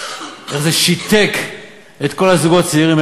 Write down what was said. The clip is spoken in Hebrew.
איך זה שיתק את כל הזוגות הצעירים,